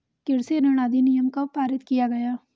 कृषि ऋण अधिनियम कब पारित किया गया?